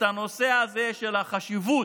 את הנושא הזה של החשיבות